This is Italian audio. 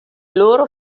loro